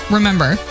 Remember